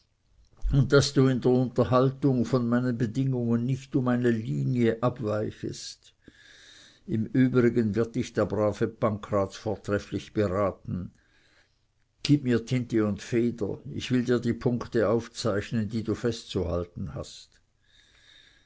und daß du in der unterhandlung von meinen bedingungen nicht um eine linie abweichest im übrigen wird dich der brave pancraz vortrefflich beraten gib mir tinte und feder ich will dir die punkte aufzeichnen die du festzuhalten hast